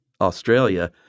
Australia